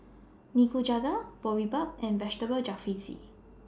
Nikujaga Boribap and Vegetable Jalfrezi